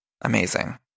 amazing